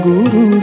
Guru